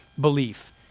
belief